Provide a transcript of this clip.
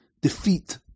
defeat